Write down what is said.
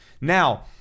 Now